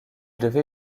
devait